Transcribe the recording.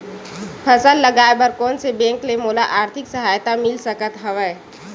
फसल लगाये बर कोन से बैंक ले मोला आर्थिक सहायता मिल सकत हवय?